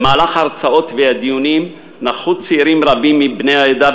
בהרצאות ובדיונים נכחו צעירים רבים מבני העדה,